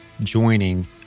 joining